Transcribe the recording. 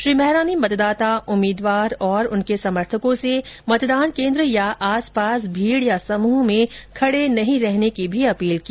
श्री मेहरा ने मतदाता उम्मीदवार और उनके समर्थकों से मतदान केंद्र या आसपास भीड़ या समूह में खड़े नहीं रहने की भी अपील की